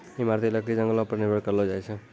इमारती लकड़ी जंगलो पर निर्भर करलो जाय छै